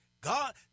God